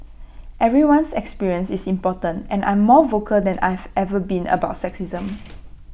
everyone's experience is important and I'm more vocal than I've ever been about sexism